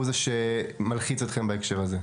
הוא זה שמלחיץ אתכם בהקשר הזה?